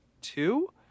two